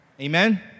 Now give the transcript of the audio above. Amen